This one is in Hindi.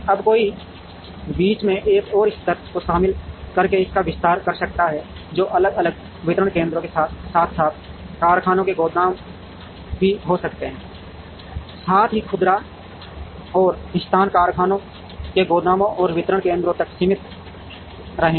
अब कोई बीच में एक और स्तर को शामिल करके इसका विस्तार कर सकता है जो अलग अलग वितरण केंद्रों के साथ साथ कारखानों के गोदाम भी हो सकते हैं साथ ही खुदरा और स्थान कारखानों के गोदामों और वितरण केंद्रों तक सीमित रहेंगे